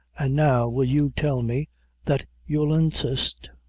an' now will you tell me that you'll insist?